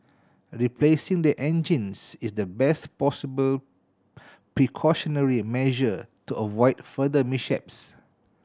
replacing the engines is the best possible precautionary measure to avoid further mishaps